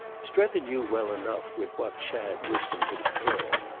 strether knew well enough with what chad wished him to compare it,